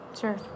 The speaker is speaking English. Sure